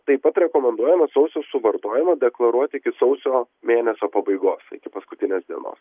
taip pat rekomenduojama sausio suvartojimą deklaruoti iki sausio mėnesio pabaigos iki paskutinės dienos